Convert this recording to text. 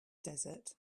desert